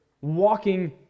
walking